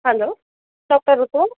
hello doctor Rutul